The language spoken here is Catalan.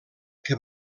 que